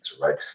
Right